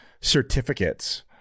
certificates